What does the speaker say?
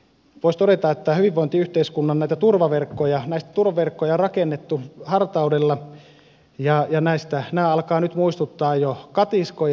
voisi todeta että hyvinvointiyhteiskunnan turvaverkkoja on rakennettu hartaudella ja nämä alkavat nyt muistuttaa jo katiskoja